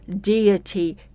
deity